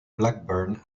blackburn